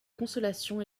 consolation